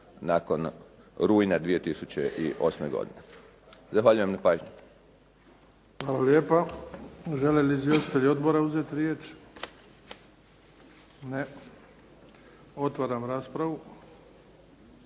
nakon rujna 2008. godine. Zahvaljujem na pažnji. **Bebić, Luka (HDZ)** Hvala lijepa. Žele li izvjestitelji odbora uzeti riječ? Ne. Otvaram raspravu.